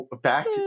Back